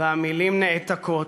והמילים נעתקות